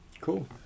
Cool